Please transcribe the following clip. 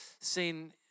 seen